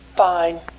Fine